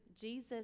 Jesus